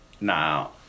Now